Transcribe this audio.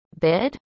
Bid